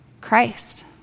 Christ